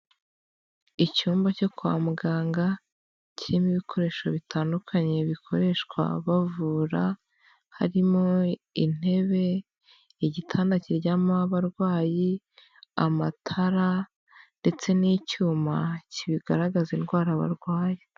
Icyumba cyo kwa muganga kirimo ibikoresho bitandukanye bikoreshwa bavura, harimo: intebe, igitanda kiryamo abarwayi, amatara, ndetse n'icyuma kibigaragaza indwara barwaye.